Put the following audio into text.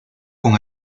con